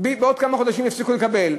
יפסיקו לקבל.